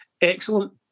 Excellent